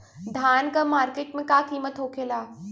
धान क मार्केट में का कीमत होखेला?